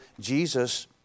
Jesus